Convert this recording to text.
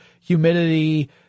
humidity